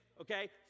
Okay